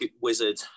wizard